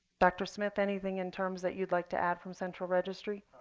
dr. smith, anything in terms that you'd like to add from central registry?